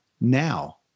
now